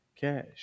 Cash